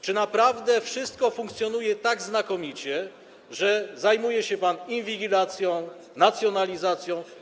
Czy naprawdę wszystko funkcjonuje tak znakomicie, że zajmuje się pan inwigilacją, nacjonalizacją?